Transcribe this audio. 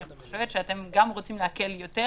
אני חושבת שאתם גם רוצים להקל יותר,